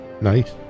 Nice